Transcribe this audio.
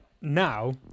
now